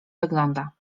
wygląda